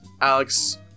Alex